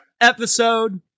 episode